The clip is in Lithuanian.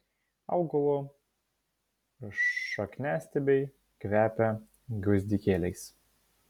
augalo šakniastiebiai kvepia gvazdikėliais